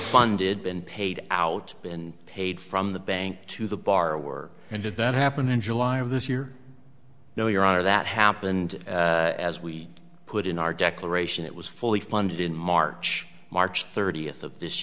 been paid out been paid from the bank to the borrower and did that happen in july of this year no your honor that happened as we put in our declaration it was fully funded in march march thirtieth of this